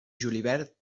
julivert